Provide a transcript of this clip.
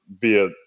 via